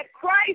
Christ